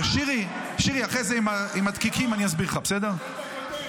שירי, אחרי זה עם הדקיקים אני אסביר לך, בסדר?